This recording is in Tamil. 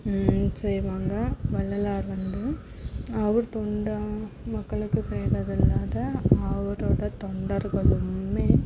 செய்வாங்க வள்ளலார் வந்து அவர் தொண்ட மக்களுக்கு செய்தது இல்லாத அவரோட தொண்டர்களுமுமே